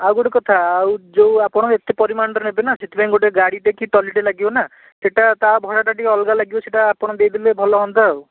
ଆଉ ଗୋଟେ କଥା ଆଉ ଯେଉଁ ଆପଣ ଏତେ ପରିମାଣରେ ନେବେନା ସେଥିପାଇଁ ଗୋଟେ ଗାଡ଼ିଟେ କି ଟ୍ରଲିଟେ ଲାଗିବ ନା ସେଇଟା ତା ଭଡ଼ାଟା ଟିକିଏ ଅଲଗା ଲାଗିବ ସେଇଟା ଆପଣ ଦେଇ ଦେଲେ ଭଲ ହୁଅନ୍ତା ଆଉ